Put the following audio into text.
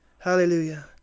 Hallelujah